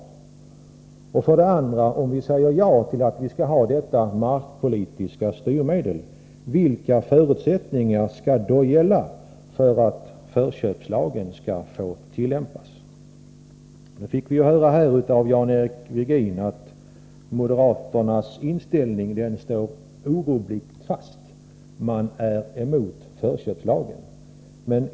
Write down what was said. Den gäller för det andra, om vi säger ja till att ha detta markpolitiska styrmedel, vilka förutsättningar som skall gälla för att förköpslagen skall få tillämpas. Vi fick höra av Jan-Eric Virgin att moderaternas inställning står orubbligt fast. Man är emot förköpslagen.